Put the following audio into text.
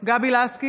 בשמות חברי הכנסת